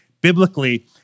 Biblically